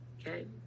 okay